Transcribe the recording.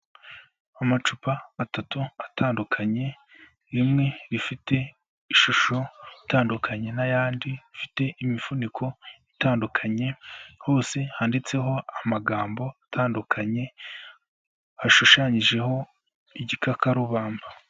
Amacupa atatu atandukanye, rimwe rifite ishusho itandukanye n'ayandi, ifite imifuniko itandukanye, hose handitseho amagambo atandukanye, hashushanyijeho igikakarubamba.